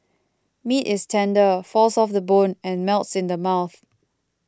meat is tender falls off the bone and melts in the mouth